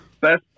best